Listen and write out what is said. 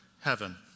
heaven